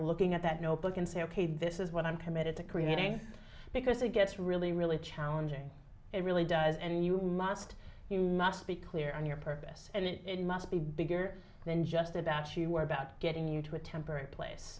looking at that notebook and say ok this is what i'm committed to creating because it gets really really challenging it really does and you must you must be clear on your purpose and it must be bigger than just about you were about getting you to a temporary place